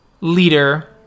leader